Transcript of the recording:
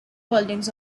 buildings